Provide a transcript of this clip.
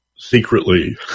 secretly